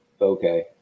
okay